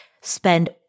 spend